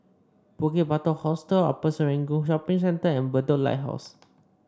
Bukit Batok Hostel Upper Serangoon Shopping Centre and Bedok Lighthouse